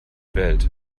welt